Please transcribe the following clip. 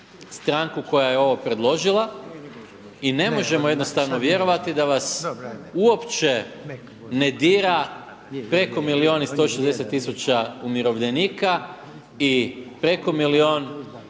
stranku koja je ovo predložila i ne možemo jednostavno vjerovati da vas uopće ne dira preko milijun i 160 tisuća umirovljenika i preko milijun